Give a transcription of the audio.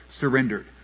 surrendered